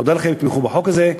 אודה לכם אם תתמכו בחוק הזה,